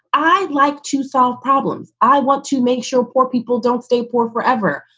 i'd like to solve problems. i want to make sure poor people don't stay poor forever.